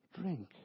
Drink